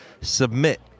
submit